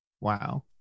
wow